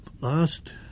last